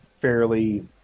fairly